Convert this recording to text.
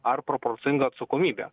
ar proporcinga atsakomybė